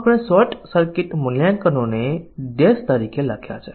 તેથી જો બધી શાખાઓ આવરી લેવામાં આવે છે તો બધા નિવેદનો આવરી લેવામાં આવ્યાં છે